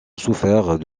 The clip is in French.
souffert